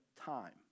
time